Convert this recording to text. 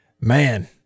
Man